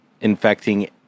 infecting